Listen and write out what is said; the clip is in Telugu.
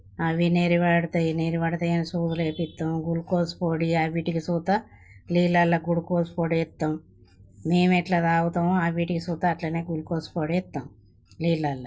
అవి నెరపడతాయి నెరపడతాయని సుదులు వేపిస్తాము గ్లూకోజ్ పొడి అవి వాటికి సూత నీళ్లల్లో గ్లూకోజ్ పొడి వేస్తాము మేము ఎట్లా తాగుతాము అవి వాటికి సూత అట్లనే గ్లూకోజ్ పొడి వేస్తాము నీళ్లల్లో